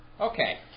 Okay